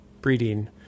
breeding